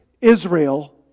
Israel